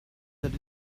that